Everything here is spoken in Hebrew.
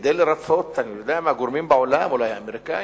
כדי לרצות גורמים בעולם, אולי האמריקנים,